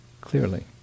clearly